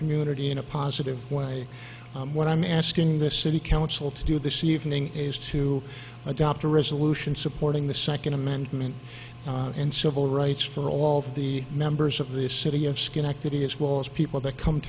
community in a positive way what i'm asking the city council to do this evening is to adopt a resolution supporting the second amendment and civil rights for all of the members of this city of skin activity as well as people that come